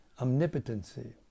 omnipotency